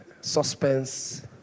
suspense